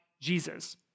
Jesus